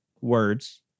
words